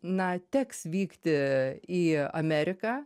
na teks vykti į ameriką